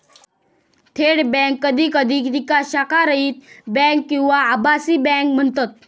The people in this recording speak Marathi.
थेट बँक कधी कधी तिका शाखारहित बँक किंवा आभासी बँक म्हणतत